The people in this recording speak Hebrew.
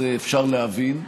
את זה אפשר להבין,